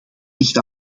ligt